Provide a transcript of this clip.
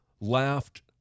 laughed